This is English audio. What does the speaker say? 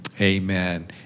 amen